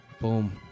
Boom